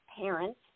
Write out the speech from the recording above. parents